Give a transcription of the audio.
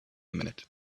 minute